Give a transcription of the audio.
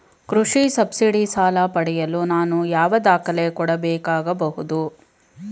ಕೃಷಿ ಸಬ್ಸಿಡಿ ಸಾಲ ಪಡೆಯಲು ನಾನು ಯಾವ ದಾಖಲೆ ಕೊಡಬೇಕಾಗಬಹುದು?